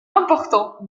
important